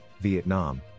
Vietnam